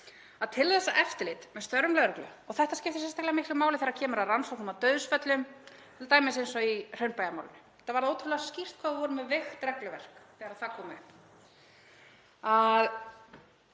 að til þess að eftirlit með störfum lögreglu — og þetta skiptir sérstaklega miklu máli þegar kemur að rannsóknum á dauðsföllum, t.d. eins og í Hraunbæjarmálinu. Það varð ótrúlega skýrt hvað við vorum með veikt regluverk þegar það kom